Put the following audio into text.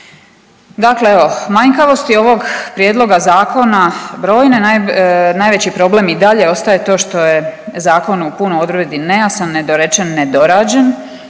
Dakle, evo manjkavosti ovog prijedloga zakona brojne najveći problem i dalje ostaje to što je zakon u puno odredbi nejasan, nedorečen, nedorađen